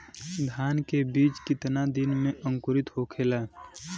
धान के बिज कितना दिन में अंकुरित होखेला?